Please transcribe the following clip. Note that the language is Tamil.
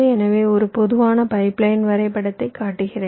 எனவே ஒரு பொதுவான பைப்லைன் வரைபடத்தைக் காட்டுகிறேன்